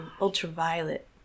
ultraviolet